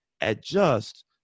Adjust